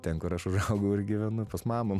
ten kur aš užaugau ir gyvenu pas mamą